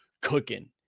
cooking